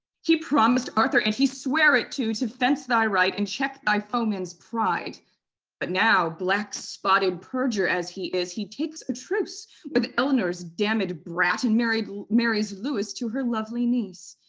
he promised arthur, and he sware it too, to fence thy right, and check thy foeman's pride but now black-spotted perjure as he is, he takes a truce with eleanor's damned brat, and marries marries lewis to her lovely niece,